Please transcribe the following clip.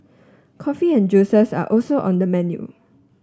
coffee and juices are also on the menu